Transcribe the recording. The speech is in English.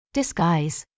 Disguise